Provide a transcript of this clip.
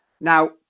Now